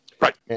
right